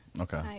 Okay